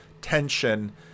tension